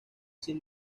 sin